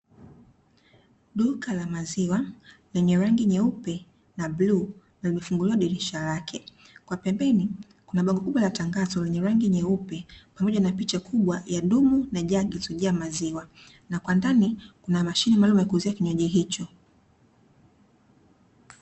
Duka la maziwa lenye rangi nyeupe na bluu, limefunguliwa dirisha lake, kwa pembeni kuna bango kubwa la tangazo lenye rangi nyeupe pamoja na picha kubwa ya dumu na jagi zilizojaa maziwa na kwa ndani kuna mashine maalumu ya kuuzia kinywaji hicho.